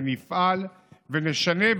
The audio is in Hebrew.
נפעל ונשנה,